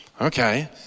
okay